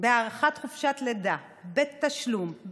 בהארכת חופשת לידה בתשלום,